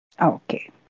Okay